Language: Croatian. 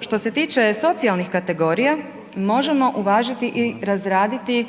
Što se tiče socijalnih kategorija, možemo uvažiti i razraditi